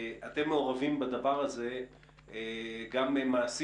אתם מעורבים בסיפור הזה גם מעשית,